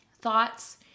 thoughts